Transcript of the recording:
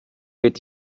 wird